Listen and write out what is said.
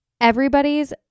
everybody's